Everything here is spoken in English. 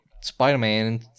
Spider-Man